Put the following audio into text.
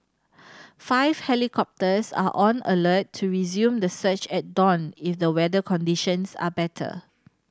five helicopters are on alert to resume the search at dawn if the weather conditions are better